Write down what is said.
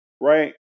right